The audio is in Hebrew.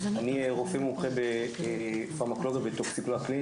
אני רופא מומחה בפרמקולוגיה וטוקסיקולוגיה קלינית,